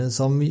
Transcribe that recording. som